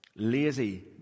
Lazy